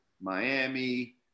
miami